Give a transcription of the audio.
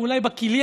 או אולי בכליה?